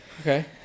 Okay